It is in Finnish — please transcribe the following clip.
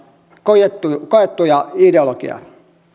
koettua koettua ideologiaa